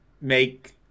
make